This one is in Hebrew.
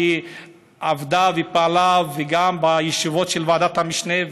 שעבדה ופעלה גם בישיבות של ועדת המשנה,